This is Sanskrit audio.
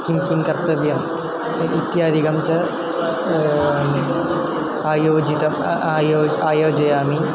किं किं कर्तव्यम् इत्यादिकं च आयोजितम् आयोज्य आयोजयामि